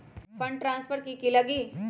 Fund transfer कि की लगी?